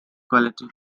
quality